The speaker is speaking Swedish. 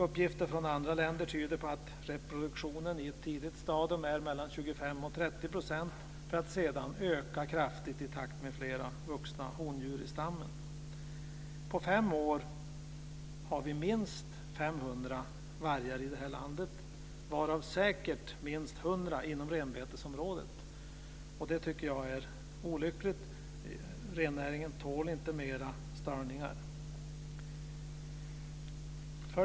Uppgifter från andra länder tyder på att reproduktionen i ett tidigt stadium är mellan 25 och 30 % för att sedan öka kraftigt i takt med fler vuxna hondjur i stammen. Om fem år kommer vi att ha minst 500 vargar i det här landet, varav säkert minst 100 inom renbetesområdet. Det tycker jag är olyckligt. Rennäringen tål inte mera störningar.